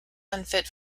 unfit